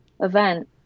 event